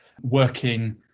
working